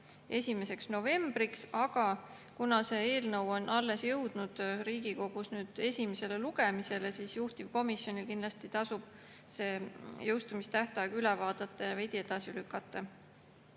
aasta 1. novembriks, aga kuna see eelnõu on alles jõudnud Riigikogus esimesele lugemisele, siis juhtivkomisjonil kindlasti tasub see jõustumistähtaeg üle vaadata ja veidi edasi